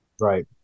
Right